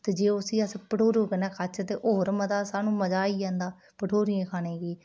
ते जेकर उसी अस उसी भठोरू कन्नै खाचै ते होर मता सानू मजा आई जंदा भठोरूइयें खानै गी